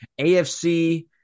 AFC